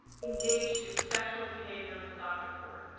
engaged in sexual behavior with dr. ford?